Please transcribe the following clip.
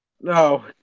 No